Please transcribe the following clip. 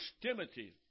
Timothy